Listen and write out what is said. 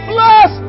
Bless